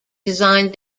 designed